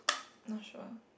not sure